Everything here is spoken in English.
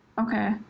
Okay